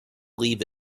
leave